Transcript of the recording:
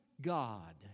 God